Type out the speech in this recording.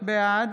בעד